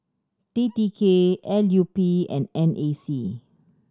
T T K L U P and N A C